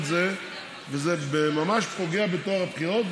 וזה ממש פוגע בטוהר הבחירות,